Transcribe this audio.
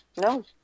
no